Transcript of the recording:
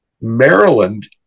Maryland